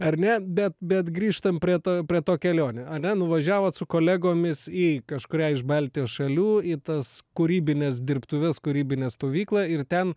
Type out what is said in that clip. ar ne bet bet grįžtam prie to prie to kelionė ane nuvažiavot su kolegomis į kažkurią iš baltijos šalių į tas kūrybines dirbtuves kūrybinę stovyklą ir ten